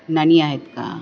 नाणी आहेत का